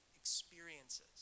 Experiences